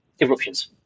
eruptions